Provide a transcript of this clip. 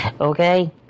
okay